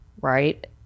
right